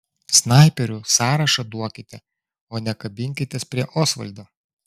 snaiperių sąrašą duokite o ne kabinkitės prie osvaldo